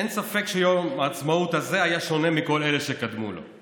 אין ספק שיום העצמאות הזה היה שונה מכל אלה שקדמו לו.